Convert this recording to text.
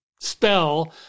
spell